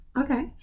Okay